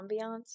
ambiance